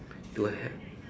to ha~